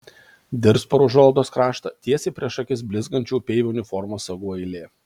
dirst pro užuolaidos kraštą tiesiai prieš akis blizgančių upeivio uniformos sagų eilė